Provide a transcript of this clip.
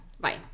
bye